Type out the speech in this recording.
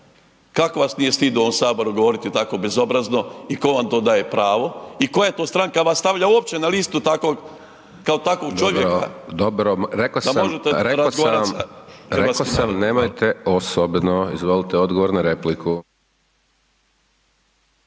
Kako vas nije stid u ovom Saboru govoriti tako bezobrazno i tko vam to daje pravo? I koja to stranka vas stavlja uopće na listu takvog kao takvog čovjeka… **Hajdaš Dončić, Siniša (SDP)** Dobro, dobro. Rekao sam, nemojte osobno. Izvolite, odgovor na repliku.